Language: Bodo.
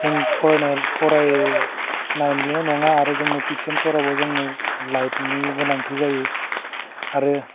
जों फरायनाइ फरायनायमल' नङा आरो जोंनो किटचेनफोरावबो जोंनो लाइटनि गोनांथि जायो आरो